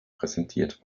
präsentiert